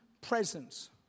presence